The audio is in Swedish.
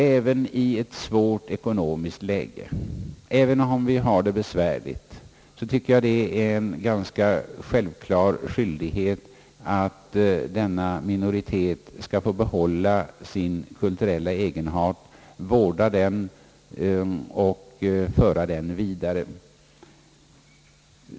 Även om vårt ekonomiska läge just nu är besvärligt, tycker jag att det är en ganska självklar skyldighet att tillse att denna minoritet får behålla och vårda sin kulturella egenart och föra den vidare.